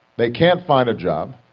they can't find a job,